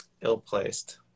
Ill-placed